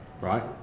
Right